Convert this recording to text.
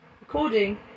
recording